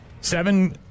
Seven